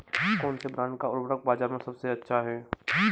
कौनसे ब्रांड का उर्वरक बाज़ार में सबसे अच्छा हैं?